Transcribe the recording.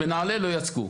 בנעלה לא יצקו.